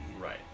right